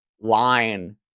line